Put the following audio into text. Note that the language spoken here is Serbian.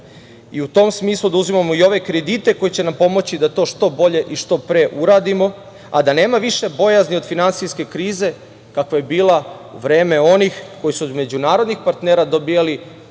i u tom smislu da uzimamo i ove kredite koji će nam pomoći da to što bolje i što pre uradimo, a da nema više bojazni od finansijske krize kako je bila vreme onih koji su od međunarodnih partnera dobijali